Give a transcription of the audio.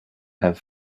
have